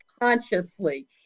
consciously